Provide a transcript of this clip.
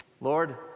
Lord